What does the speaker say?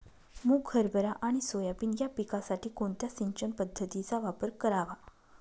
मुग, हरभरा आणि सोयाबीन या पिकासाठी कोणत्या सिंचन पद्धतीचा वापर करावा?